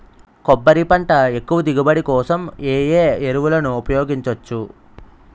కొబ్బరి పంట ఎక్కువ దిగుబడి కోసం ఏ ఏ ఎరువులను ఉపయోగించచ్చు?